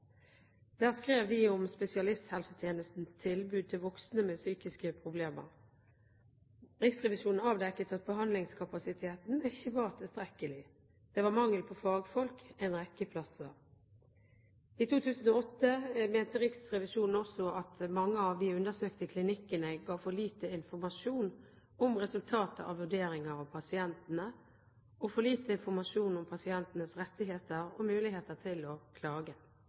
skrev de om spesialisthelsetjenestens tilbud til voksne med psykiske problemer. Riksrevisjonen avdekket at behandlingskapasiteten ikke var tilstrekkelig. Det var mangel på fagfolk en rekke plasser. I 2008 mente Riksrevisjonen også at mange av de undersøkte klinikkene ga for lite informasjon om resultatet av vurderinger av pasientene og for lite informasjon om pasientenes rettigheter og muligheter til å klage.